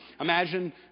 Imagine